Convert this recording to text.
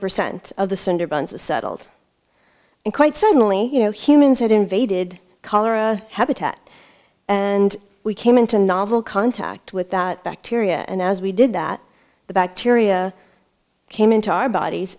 percent of the sunderbans was settled in quite suddenly you know humans had invaded cholera habitat and we came into novel contact with that bacteria and as we did that the bacteria came into our bodies